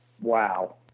wow